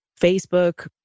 Facebook